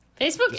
Facebook